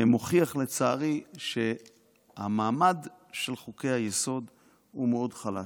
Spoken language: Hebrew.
מוכיח לצערי שהמעמד של חוקי-היסוד הוא מאוד חלש.